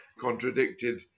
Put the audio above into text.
contradicted